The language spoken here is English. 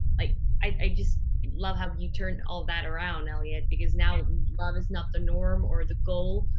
like i just love how you turned all that around, eliot. because now love is not the norm or the goal.